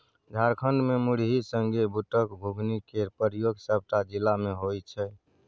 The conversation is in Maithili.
झारखंड मे मुरही संगे बुटक घुघनी केर प्रयोग सबटा जिला मे होइ छै